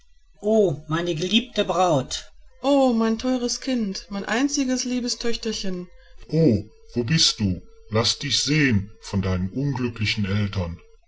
o meine geliebte braut o mein teures kind mein einziges liebes töchterchen o wo bist du laß dich sehen vor deinen unglücklichen eltern